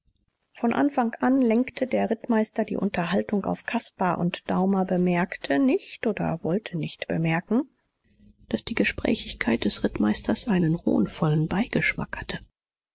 von anfang an lenkte der rittmeister die unterhaltung auf caspar und daumer bemerkte nicht oder wollte nicht bemerken daß die gesprächigkeit des rittmeisters einen hohnvollen beigeschmack hatte